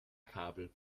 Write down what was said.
kabel